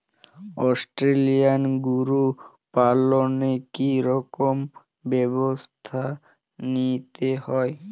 Australian গরু পালনে কি রকম ব্যবস্থা নিতে হয়?